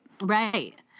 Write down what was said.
Right